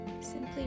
simply